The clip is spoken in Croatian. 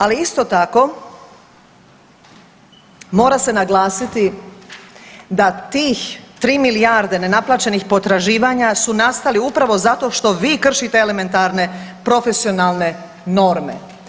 Ali isto tako mora se naglasiti da tih 3 milijarde nenaplaćenih potraživanja su nastali upravo zato što vi kršite elementarne profesionalne norme.